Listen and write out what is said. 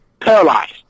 paralyzed